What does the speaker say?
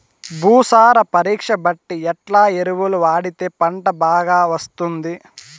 భూసార పరీక్ష బట్టి ఎట్లా ఎరువులు వాడితే పంట బాగా వస్తుంది?